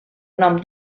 nom